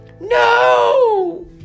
No